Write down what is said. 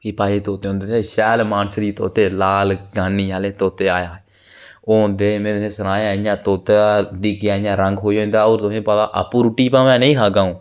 पाई तोते आंदे दे शैल मानसरी तोते ते लाल गानी आह्ले तोते आए हाए ओह् होंदे में तुसेंगी सनाए आ ओह् इ'यां होंदे ते दिक्खियै इ'यां रंग खोई जंदाआपूं भाएं रूट्टी नेई खागा आ'ऊं